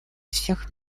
всех